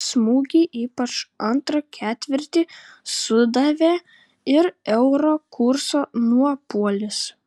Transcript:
smūgį ypač antrą ketvirtį sudavė ir euro kurso nuopuolis